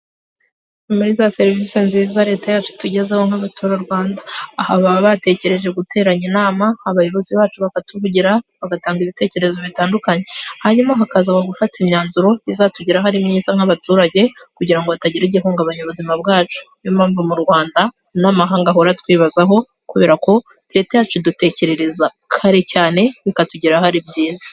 Muri za serivisi nziza leta yacu itugezaho nk'abatura rwanda, aha baba batekereje guteranya inama abayobozi bacu bakatuvugira bagatanga ibitekerezo bitandukanye, hanyuma hakaza gufata imyanzuro izatugeraho ari myiza nk'abaturage, kugira ngo hatagira igihungabanya ubuzima bwacu, ni yo mpamvu mu rwanda n'amahanga ahora atwibazaho kubera ko leta yacu idutekerereza kare cyane bikatugeraho ari byiza.